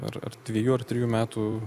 ar ar dvejų ar trejų metų